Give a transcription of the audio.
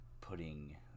putting